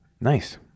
Nice